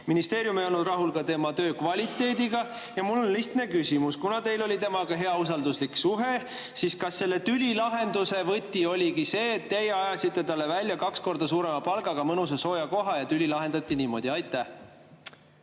Ministeerium ei olnud rahul ka tema töö kvaliteediga. Mul on lihtne küsimus. Kuna teil oli temaga hea usalduslik suhe, siis kas selle tüli lahenduse võti oligi see, et teie ajasite talle välja kaks korda suurema palgaga mõnusa sooja koha ja tüli lahendati niimoodi? Aitäh,